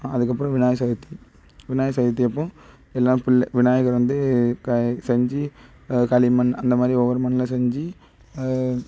அதுக்கப்பறம் விநாயகர் சதுர்த்தி விநாயகர் சதுர்த்தி அப்போது எல்லாம் பிள்ளை விநாயகர் வந்து க செஞ்சு களிமண் அந்த மாதிரி ஒவ்வொரு மண்ணில செஞ்சு